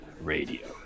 Radio